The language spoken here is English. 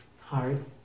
hard